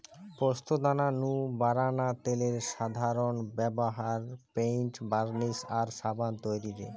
পোস্তদানা নু বারানা তেলের সাধারন ব্যভার পেইন্ট, বার্নিশ আর সাবান তৈরিরে